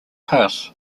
house